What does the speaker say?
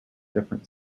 different